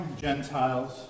Gentiles